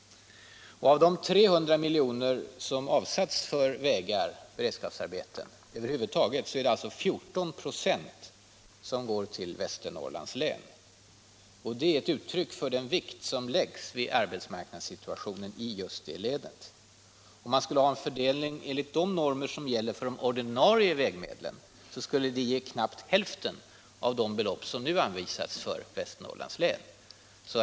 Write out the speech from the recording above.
Av de 300 milj.kr. som avsatts för beredskapsarbeten på vägar över huvud taget går 14 96 till Väster norrlands län. Detta är ett uttryck för den vikt som vi lägger vid arbetsmarknadssituationen i just det länet. Om man skulle ha en fördelning enligt de normer som gäller för de ordinarie vägmedlen skulle vi nämligen ge knappt hälften av de belopp som nu anvisats för Västernorrlands län.